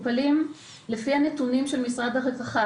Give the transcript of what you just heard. לפי הנתונים של משרד הרווחה,